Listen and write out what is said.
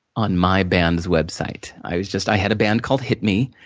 on my band's website. i was just, i had a band called hit me,